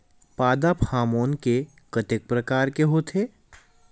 पादप हामोन के कतेक प्रकार के होथे?